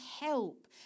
help